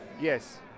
yes